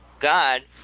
God